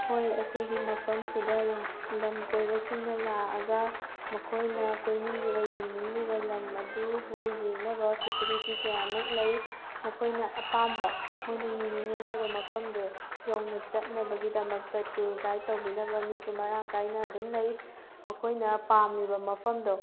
ꯍꯣꯏ ꯑꯩꯈꯣꯏꯒꯤ ꯃꯐꯝꯁꯤꯗ ꯂꯝ ꯀꯣꯏꯕꯁꯤꯡꯅ ꯂꯥꯛꯑꯒ ꯃꯈꯣꯏꯅ ꯀꯣꯏꯅꯤꯡꯂꯤꯕ ꯌꯦꯡꯅꯤꯡꯂꯤꯕ ꯂꯝ ꯑꯗꯨꯕꯨ ꯌꯦꯡꯅꯕ ꯐꯦꯁꯤꯂꯤꯇꯤ ꯀꯌꯥꯃꯨꯛ ꯂꯩ ꯃꯈꯣꯏꯅ ꯑꯄꯥꯝꯕ ꯃꯣꯏꯅ ꯌꯦꯡꯅꯤꯡꯉꯤ ꯍꯥꯏꯔꯤꯕ ꯃꯐꯝꯗꯨ ꯌꯧꯅ ꯆꯠꯅꯕꯒꯤꯗꯃꯛꯇ ꯇꯨꯔ ꯒꯥꯏꯗ ꯇꯧꯕꯤꯅꯕ ꯃꯤꯁꯨ ꯃꯔꯥꯡ ꯀꯥꯏꯅ ꯑꯗꯨꯝ ꯂꯩ ꯃꯈꯣꯏꯅ ꯄꯥꯝꯂꯤꯕ ꯃꯐꯝꯗꯣ